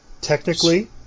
Technically